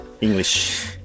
English